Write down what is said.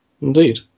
Indeed